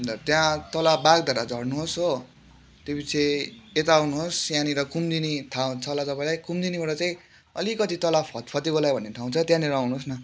अन्त त्यहाँ तल बागधारा झर्नुहोस् हो त्यो पिछे यता आउनुहोस् यहाँनिर कुमुदिनी थाहा छ होला तपाईँलाई कुमुदिनीबाट चाहिँ अलिकति तल फतफते गोलाई भन्ने ठाउँ छ त्यहाँनिर आउनुहोस् न